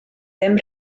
ddim